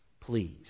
Please